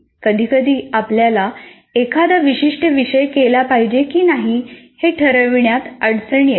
कधीकधी आपल्याला एखादा विशिष्ट विषय केला पाहिजे की नाही हे ठरविण्यात अडचण येते